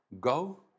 go